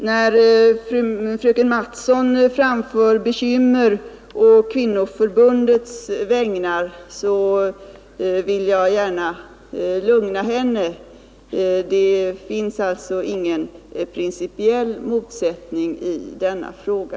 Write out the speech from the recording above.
När fröken Mattson framför bekymmer å Kvinnoförbundets vägnar, vill jag gärna lugna henne. Det finns alltså inga principiella motsättningar i denna fråga.